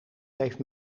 heeft